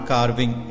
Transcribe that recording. Carving